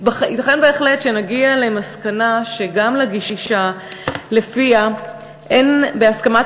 ייתכן בהחלט שנגיע למסקנה שגם לגישה שלפיה אין בהסכמת